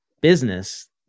business